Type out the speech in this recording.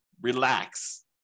relax